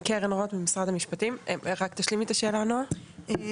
תשלימי את השאלה בבקשה.